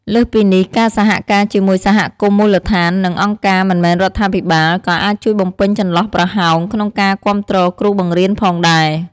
លើសពីនេះ ការសហការជាមួយសហគមន៍មូលដ្ឋាន និងអង្គការមិនមែនរដ្ឋាភិបាល ក៏អាចជួយបំពេញចន្លោះប្រហោងក្នុងការគាំទ្រគ្រូបង្រៀនផងដែរ។